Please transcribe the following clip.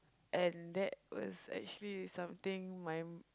and that was actually something mind